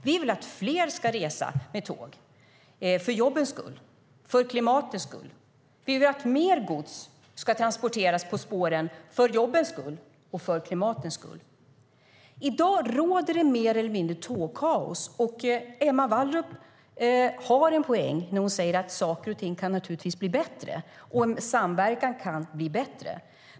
Vi vill att fler ska resa med tåg för jobbens skull och för klimatets skull. Vi vill att mer gods ska transporteras på spåren för jobbens skull och för klimatets skull.I dag råder det mer eller mindre tågkaos. Emma Wallrup har en poäng när hon säger att saker och ting naturligtvis kan bli bättre och att samverkan kan bli bättre.